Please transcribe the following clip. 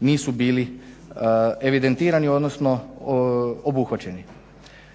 nisu bili evidentirani odnosno obuhvaćeni.